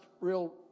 real